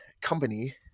company